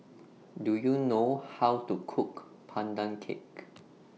Do YOU know How to Cook Pandan Cake